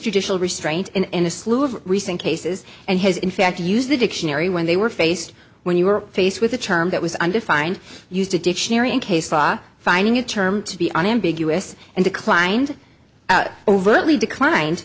judicial restraint in a slew of recent cases and has in fact to use the dictionary when they were faced when you were faced with a term that was undefined used a dictionary in case law finding a term to be unambiguous and declined overtly declined